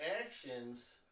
actions